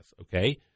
okay